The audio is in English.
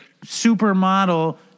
supermodel